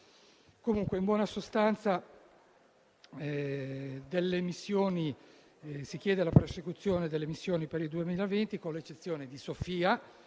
Comunque, in buona sostanza, si chiede la prosecuzione delle missioni per il 2020, con l'eccezione di Sophia,